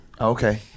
Okay